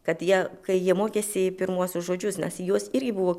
kad jie kai jie mokėsi pirmuosius žodžius nes į juos irgi buvo